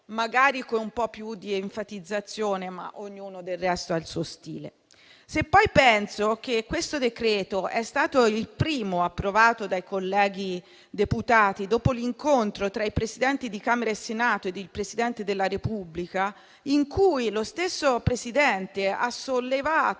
magari con un po' più di enfatizzazione, ma ognuno del resto ha il suo stile. Se poi penso che questo decreto è stato il primo approvato dai colleghi deputati, dopo l'incontro tra i Presidenti di Camera e Senato e il Presidente della Repubblica, in cui lo stesso Presidente ha sollevato